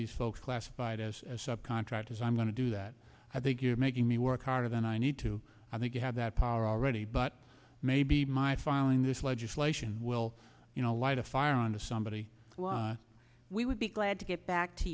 these folks classified as as subcontractors i'm going to do that i think you're making me work harder than i need to i think you have that power already but maybe my filing this legislation will you know light a fire under somebody's we would be glad to get back to